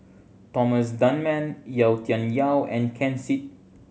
Thomas Dunman Yau Tian Yau and Ken Seet